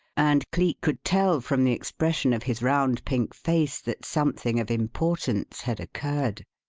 and cleek could tell from the expression of his round, pink face that something of importance had occurred.